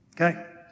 Okay